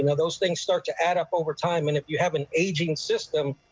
and those things start to add up over time and if you have an aging system,